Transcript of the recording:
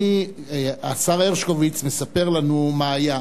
השר הרשקוביץ מספר לנו מה היה.